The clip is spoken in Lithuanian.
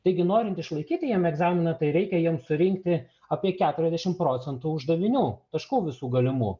taigi norint išlaikyti jiem egzaminą tai reikia jiem surinkti apie keturiasdešim procentų uždavinių taškų visų galimų